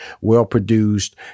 well-produced